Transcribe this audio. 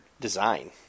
design